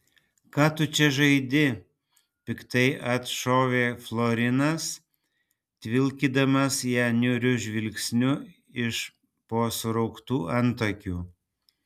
ką tu čia žaidi piktai atšovė florinas tvilkydamas ją niūriu žvilgsniu iš po surauktų antakių